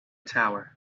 tower